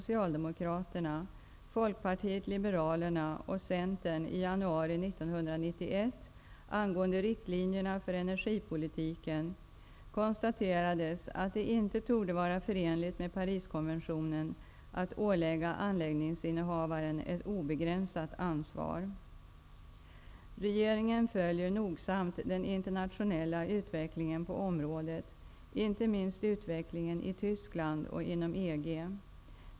Centern i januari 1991 angående riktlinjerna för energipolitiken, konstaterades att det inte torde vara förenligt med Pariskonventionen att ålägga anläggningsinnehavaren ett obegränsat ansvar. Regeringen följer nogsamt den internationella utvecklingen på området, inte minst utvecklingen i Tyskland och inom EG.